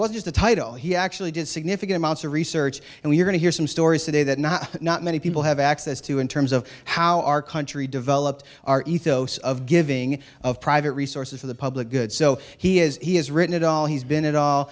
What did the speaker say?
was just a title he actually did significant amounts of research and we're going to hear some stories today that not not many people have access to in terms of how our country developed our ethos of giving of private resources for the public good so he has he has written it all he's been at all